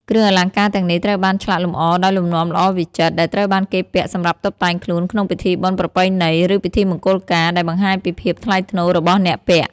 គ្រឿងអលង្ការទាំងនេះត្រូវបានឆ្លាក់លម្អដោយលំនាំល្អវិចិត្រ ដែលត្រូវបានគេពាក់សម្រាប់តុបតែងខ្លួនក្នុងពិធីបុណ្យប្រពៃណី ឬពិធីមង្គលការ ដែលបង្ហាញពីភាពថ្លៃថ្នូររបស់អ្នកពាក់។